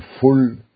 full